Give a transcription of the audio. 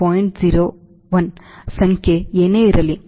1 ಸಂಖ್ಯೆ ಏನೇ ಇರಲಿ